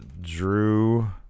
Drew